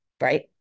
right